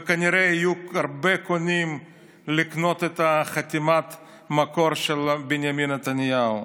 וכנראה שיהיו הרבה קונים לחתימת המקור של בנימין נתניהו.